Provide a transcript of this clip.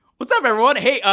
what's up everyone? hey,